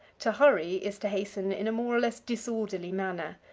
to hurry is to hasten in a more or less disorderly manner.